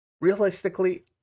Realistically